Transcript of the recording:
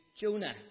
Jonah